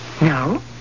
No